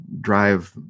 drive